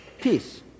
Peace